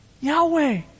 Yahweh